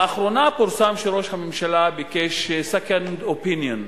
לאחרונה פורסם שראש הממשלה ביקש second opinion,